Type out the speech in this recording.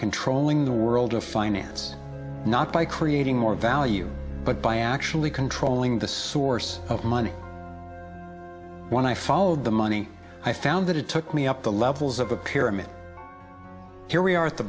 controlling the world of finance not by creating more value but by actually controlling the source of money when i followed the money i found that it took me up to levels of a pyramid here we are at the